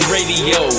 Radio